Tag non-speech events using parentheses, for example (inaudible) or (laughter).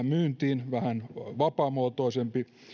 (unintelligible) myyntiin on ollut vähän vapaamuotoisempi